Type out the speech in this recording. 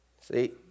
See